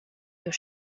your